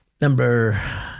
number